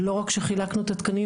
לא רק שחילקנו את התקנים,